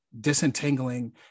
disentangling